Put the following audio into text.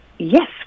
Yes